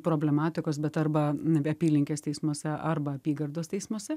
problematikos bet arba apylinkės teismuose arba apygardos teismuose